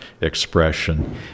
expression